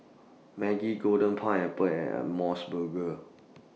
Maggi Golden Pineapple and Mos Burger